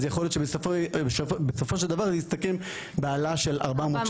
אז יכול להיות שבסופו בסופו של דבר זה יסתכם בהעלאה של 400 ₪,